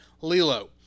Lilo